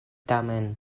tamen